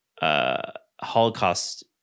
Holocaust